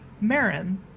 Marin